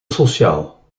sociaal